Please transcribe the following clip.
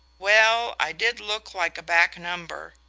well, i did look like a back number,